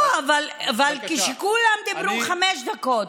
לא, אבל כשכולם דיברו, חמש דקות,